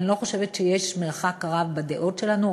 אני לא חושבת שיש מרחק רב בדעות שלנו,